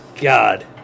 God